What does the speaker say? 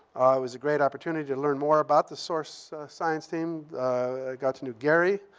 was a great opportunity to learn more about the sorce science team. i got to know gary.